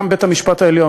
וגם בית-המשפט העליון,